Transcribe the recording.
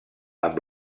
amb